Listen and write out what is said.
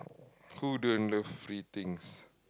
who don't love free things